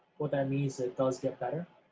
what that means it does get better,